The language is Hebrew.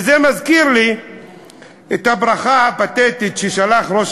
וזה מזכיר לי את הברכה הפתטית ששלח ראש